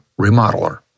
remodeler